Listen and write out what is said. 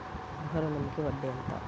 గృహ ఋణంకి వడ్డీ ఎంత?